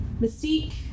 Mystique